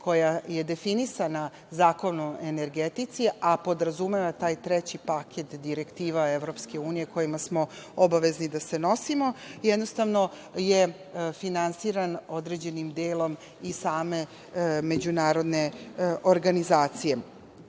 koja je definisana Zakonom o energetici, a podrazumeva taj treći paket direktiva EU, kojima smo obavezni da se nosimo, jednostavno je finansiran određenim delom i same međunarodne organizacije. Unapređenje,